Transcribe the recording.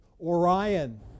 Orion